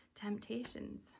temptations